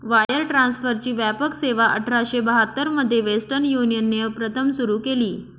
wire ट्रान्सफरची व्यापक सेवाआठराशे बहात्तर मध्ये वेस्टर्न युनियनने प्रथम सुरू केली